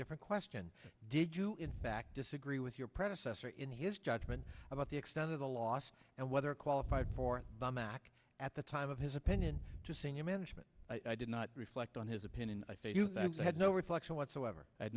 different question did you in fact disagree with your predecessor in his judgment about the extent of the loss and whether qualified for the mac at the time of his opinion to senior management i did not reflect on his opinion i think you had no reflection whatsoever